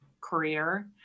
career